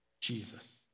Jesus